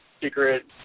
secret